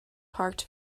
parked